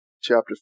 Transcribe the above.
chapter